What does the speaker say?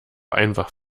einfach